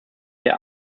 der